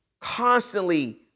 constantly